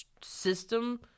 system